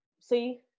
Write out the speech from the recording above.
see